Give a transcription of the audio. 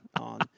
on